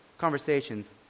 conversations